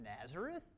Nazareth